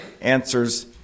answers